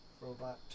robot